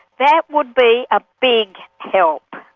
that would be a big help.